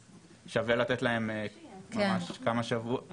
ואז לדעתי שווה לתת להם ממש כמה שבועות.